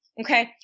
Okay